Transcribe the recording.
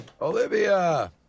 Olivia